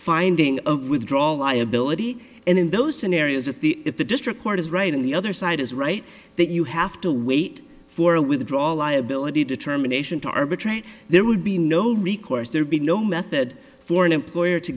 finding of withdrawal liability and in those scenarios if the if the district court is right and the other side is right that you have to wait for a withdrawal liability determination to arbitrate there would be no recourse there'd be no method for an employer to